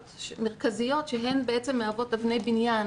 מרכזיות שהן בעצם מהוות אבני בניין